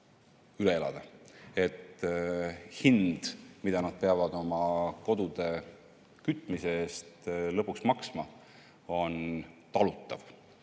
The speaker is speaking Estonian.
üle elada ja et hind, mida nad peavad oma kodu kütmise eest lõpuks maksma, on talutav.